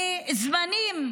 מזמנים שעדיין,